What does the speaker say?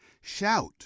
shout